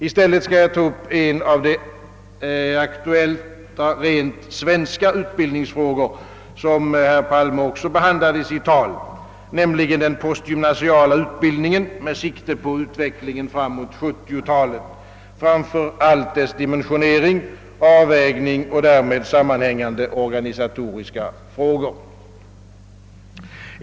I stället skall jag ta upp en av de rent svenska utbildningsfrågor, som herr Palme också behandlade i sitt tal, nämligen den postgymnasiala utbildningen med sikte på utvecklingen framåt 1970 talet, framför allt dess dimensionering, avvägning och därmed sammanhängande organisatoriska frågor.